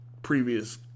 previous